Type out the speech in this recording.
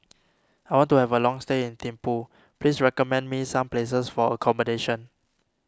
I want to have a long stay in Thimphu please recommend me some places for accommodation